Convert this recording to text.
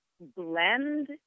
blend